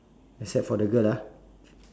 except for the girl ah